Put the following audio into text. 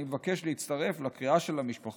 אני מבקש להצטרף לקריאת של המשפחות: